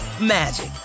magic